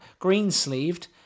Greensleeved